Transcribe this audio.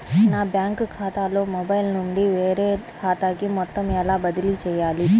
నా బ్యాంక్ ఖాతాలో మొబైల్ నుండి వేరే ఖాతాకి మొత్తం ఎలా బదిలీ చేయాలి?